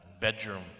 bedroom